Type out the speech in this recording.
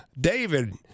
David